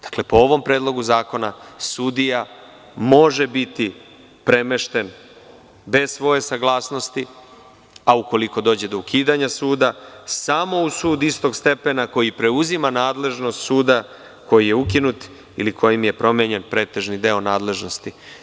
Dakle, po ovom predlogu zakona sudija može biti premešten bez svoje saglasnosti, a ukoliko dođe do ukidanja suda, samo u sud istog stepena koji preuzima nadležnost suda koji je ukinut ili kojim je promenjen pretežni deo nadležnosti.